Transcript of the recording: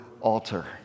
altar